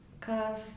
cause